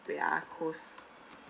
wait ah coles~